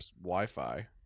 Wi-Fi